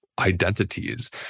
identities